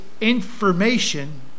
information